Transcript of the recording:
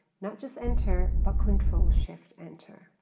not just enter, but control shift enter.